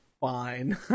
fine